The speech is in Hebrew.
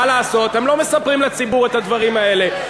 מה לעשות, אתם לא מספרים לציבור את הדברים האלה.